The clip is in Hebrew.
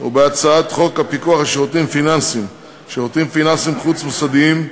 ובהצעת חוק הפיקוח על שירותים פיננסיים (שירותים פיננסיים חוץ-מוסדיים),